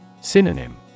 Synonym